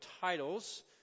titles